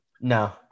No